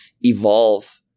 evolve